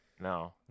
No